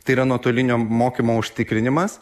tai yra nuotolinio mokymo užtikrinimas